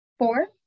Four